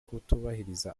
kutubahiriza